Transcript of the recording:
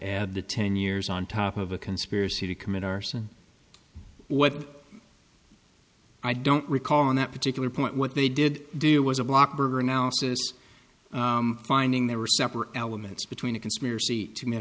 add the ten years on top of a conspiracy to commit arson what i don't recall in that particular point what they did do was a blocker analysis finding there were separate elements between a conspiracy t